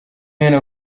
hino